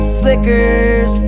flickers